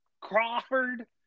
Crawford